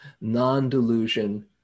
non-delusion